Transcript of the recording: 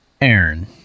Aaron